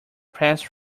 passed